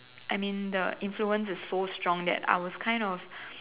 I mean the influence is so strong that I was kind of